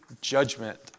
judgment